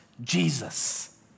Jesus